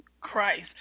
Christ